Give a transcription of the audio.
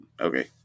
okay